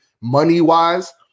Money-wise